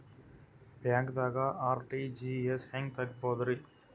ಬ್ಯಾಂಕ್ದಾಗ ಆರ್.ಟಿ.ಜಿ.ಎಸ್ ಹೆಂಗ್ ತುಂಬಧ್ರಿ?